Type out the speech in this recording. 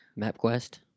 MapQuest